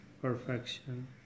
perfection